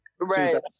Right